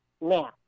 Now